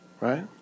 right